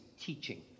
teaching